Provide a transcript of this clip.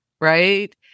right